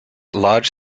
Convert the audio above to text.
large